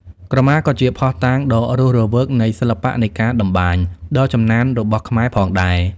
ក្រមាក៏ជាភស្តុតាងដ៏រស់រវើកនៃ សិល្បៈនៃការតម្បាញ ដ៏ចំណានរបស់ខ្មែរផងដែរ។